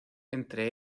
entre